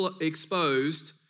exposed